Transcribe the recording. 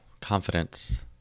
confidence